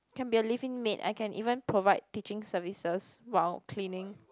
can be a living maid I can even provide teaching services while cleaning